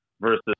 Versus